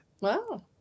Wow